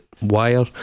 Wire